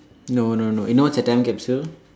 no no no you know what's a time capsule